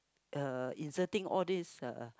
uh inserting all these uh